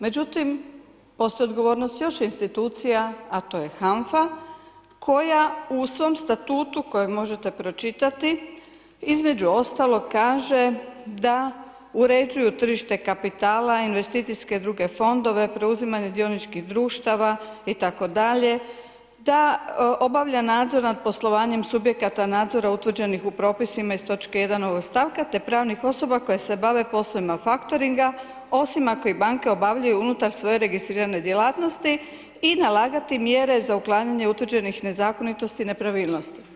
Međutim, postoji odgovornost još institucija, a to je HANFA koja u svom Statutu kojeg možete pročitati između ostalog kaže da uređuju tržište kapitala, investicijske i druge fondove, preuzimanje dioničkih društava itd., da obavlja nadzor nad poslovanjem subjekata nadzora utvrđenih u propisima iz točke 1. ovog stavka, te pravnih osoba koje se bave poslovima faktoringa osim ako ih banke obavljaju unutar svoje registrirane djelatnosti i nalagati mjere za uklanjanje utvrđenih nezakonitosti, nepravilnosti.